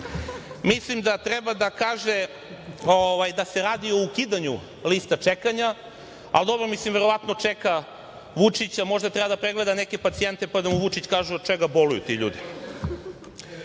Mislim da treba da kaže da se radi o ukidanju lista čekanja, ali dobro verovatno čeka Vučića, možda treba da pregleda neke pacijente pa da mu Vučić kaže od čega boluju ti ljudi. Što